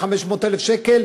היא מנוע צמיחה.